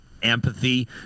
empathy